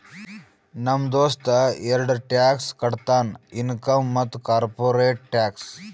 ನಮ್ ದೋಸ್ತ ಎರಡ ಟ್ಯಾಕ್ಸ್ ಕಟ್ತಾನ್ ಇನ್ಕಮ್ ಮತ್ತ ಕಾರ್ಪೊರೇಟ್ ಟ್ಯಾಕ್ಸ್